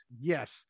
Yes